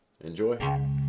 Enjoy